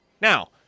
Now